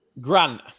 Grant